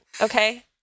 okay